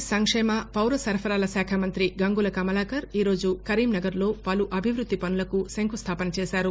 రాష్ట బీసీ సంక్షేమ పౌరసరఫరాలశాఖ మంతి గంగుల కమలాకర్ ఈ రోజు కరీంనగర్లో పలు అభివృద్ధి పనులకు శంకుస్థాపన చేశారు